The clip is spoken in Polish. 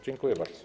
Dziękuję bardzo.